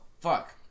fuck